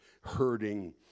hurting